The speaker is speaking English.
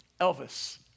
Elvis